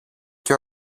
και